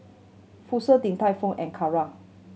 Fossil Din Tai Fung and Kara